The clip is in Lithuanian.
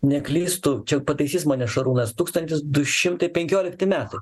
neklystu čia pataisys mane šarūnas tūkstantis du šimtai penkiolikti metų